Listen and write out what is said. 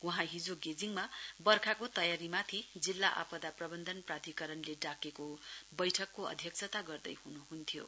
वहाँ हिजो गेजिङमा बर्खाको तयारीमाथि जिल्ला आपदा प्रबन्धन प्राधिकरणले डाकेको बैठकको अध्यक्षता गर्दै हुनुहुन्थ्यो